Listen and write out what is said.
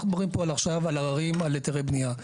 אנחנו מדברים פה עכשיו על עררים על היתרי בנייה.